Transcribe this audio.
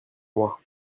moi